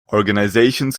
organizations